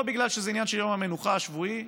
לא בגלל שזה עניין של יום המנוחה השבועי,